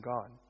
God